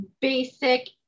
basic